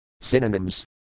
Synonyms